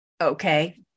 okay